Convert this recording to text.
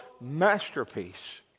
masterpiece